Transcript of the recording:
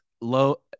low